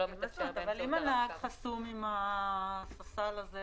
אבל המסה הגדולה היא חברות פרטיות.